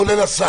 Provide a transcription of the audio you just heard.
כולל השר,